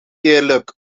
eerlijk